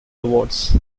awards